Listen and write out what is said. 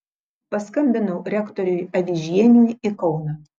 paskambinau rektoriui avižieniui į kauną